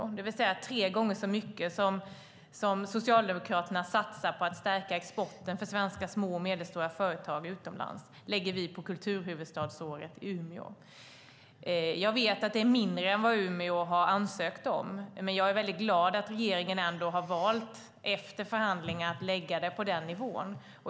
Vi lägger alltså tre gånger så mycket som Socialdemokraterna satsar på att stärka exporten för svenska små och medelstora företag på kulturhuvudstadsåret i Umeå. Jag vet att det är mindre än vad Umeå har ansökt om, men jag är väldigt glad över att regeringen har valt, efter förhandlingar, att lägga det på den nivån.